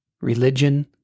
religion